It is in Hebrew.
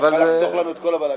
יכלה לחסוך לנו את כל הבלגן.